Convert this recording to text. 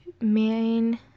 main-